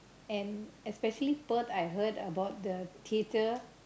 and especially Perth I heard about the cater